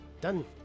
Done